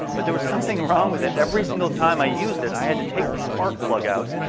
but there was something wrong with it. every single time i used it i had to take the spark plug out,